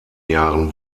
jahren